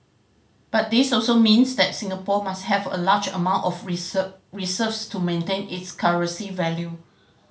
but this also means that Singapore must have a large amount of reserves to maintain its currency value